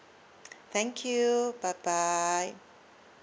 thank you bye bye